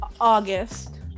August